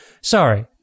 sorry